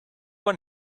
one